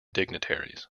dignitaries